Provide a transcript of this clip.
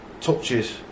touches